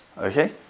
Okay